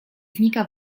znika